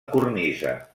cornisa